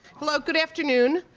hello. good afternoon.